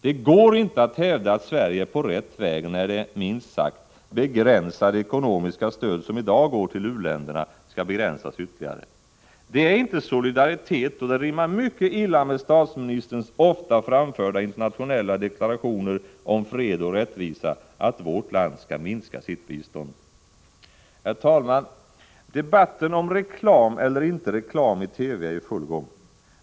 Det går inte att hävda att Sverige är på rätt väg när det, minst sagt, begränsade ekonomiska stöd som i dag går till u-länderna skall begränsas ytterligare. Det är inte solidaritet, och det rimmar mycket illa med statsministerns ofta framförda internationella deklarationer om fred och rättvisa, att vårt land skall minska sitt bistånd. Herr talman! Debatten om reklam eller inte reklam i TV är i full gång.